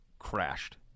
crashed